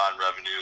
revenue